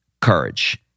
Courage